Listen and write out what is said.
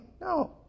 No